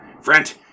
friend